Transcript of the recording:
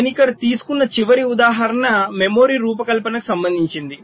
నేను ఇక్కడ తీసుకున్న చివరి ఉదాహరణ మెమరీ రూపకల్పనకు సంబంధించినది